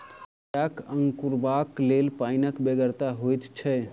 बियाक अंकुरयबाक लेल पाइनक बेगरता होइत छै